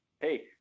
hey